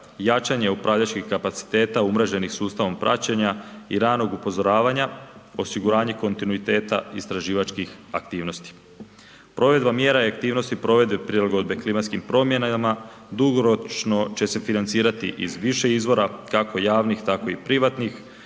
jačanje upravljačkih kapaciteta umreženih sustavom praćenja i ranog upozoravanja, osiguranje kontinuiteta istraživačkih aktivnosti. Provedba mjera i aktivnosti provedbe prilagodbe klimatskim promjenama dugoročno će se financirati iz više izvora, kako javnih, tako i privatnih,